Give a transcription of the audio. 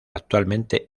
actualmente